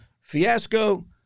fiasco